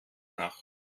nach